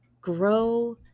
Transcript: grow